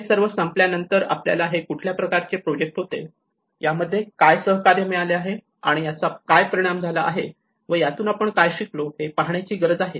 हे सर्व संपल्यानंतर आपल्याला हे कुठल्या प्रकारचे प्रोजेक्ट होते यामध्ये आपल्याला काय मिळाले आहे आणि याचा काय परिणाम झाला आहे व यातून आपण काय शिकलो हे पाहण्याची गरज आहे